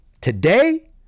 Today